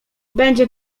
będzie